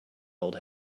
old